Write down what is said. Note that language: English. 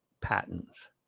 patents